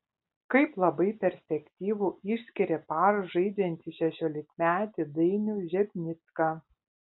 kaip labai perspektyvų išskyrė par žaidžiantį šešiolikmetį dainių žepnicką